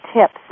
tips